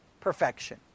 Perfection